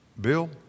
Bill